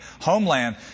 homeland